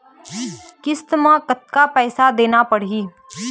किस्त म कतका पैसा देना देना पड़ही?